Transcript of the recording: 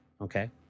Okay